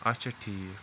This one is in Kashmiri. اَچھا ٹھیٖک